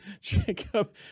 Jacob